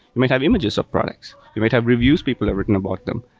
you might have images of products. you might have reviews people have written about them.